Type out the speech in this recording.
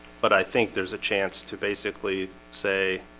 but i think there's a chance to basically say